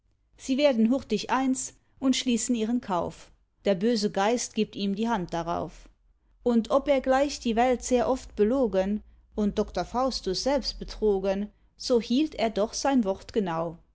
sie werden hurtig eins und schließen ihren kauf der böse geist gibt ihm die hand darauf und ob er gleich die welt sehr oft belogen und doktor faustus selbst betrogen so hielt er doch sein wort genau